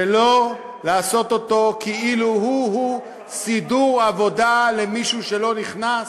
ולא לעשות אותו כאילו הוא-הוא סידור עבודה למישהו שלא נכנס,